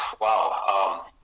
wow